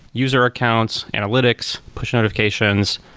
user accounts, analytics, push notifications,